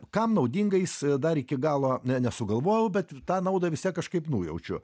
kam naudingais dar iki galo ne nesugalvojau bet tą naudą vis tiek kažkaip nujaučiu